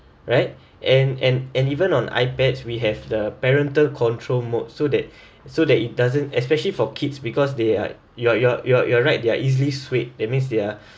right and and and even on ipads we have the parental control mode so that so that it doesn't especially for kids because they are you are you are you are right they are easily swayed that means they are